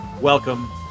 welcome